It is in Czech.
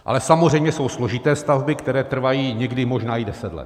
Ale samozřejmě jsou i složité stavby, které trvají někdy možná i deset let.